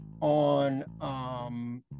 on